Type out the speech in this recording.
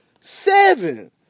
Seven